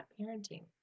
parenting